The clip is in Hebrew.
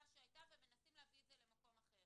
שהייתה ומנסים להביא את זה למקום אחר.